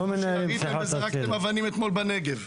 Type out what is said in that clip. כמו שיריתם וזרקתם אבנים אתמול בנגב.